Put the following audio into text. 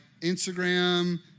Instagram